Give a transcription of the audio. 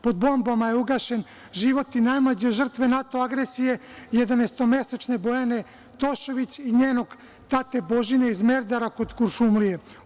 Pod bombama je ugašen život i najmlađe žrtve NATO agresije jedanestomesečne Bojane Tošović i njenog tate Božina iz Merdara kod Kuršumlije.